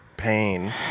pain